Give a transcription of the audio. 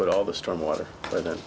put all the storm water but